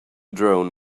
drone